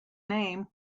name